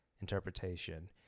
interpretation